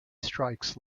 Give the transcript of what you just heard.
strikes